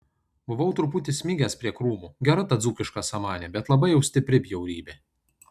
buvau truputį smigęs prie krūmų gera ta dzūkiška samanė bet labai jau stipri bjaurybė